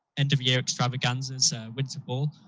end of year extravaganzas, winter bowl,